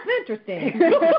interesting